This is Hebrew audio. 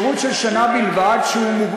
שהוא,